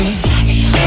Reflection